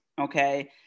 okay